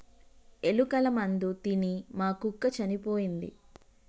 ఎలుకల మందు తిని మా కుక్క చనిపోయింది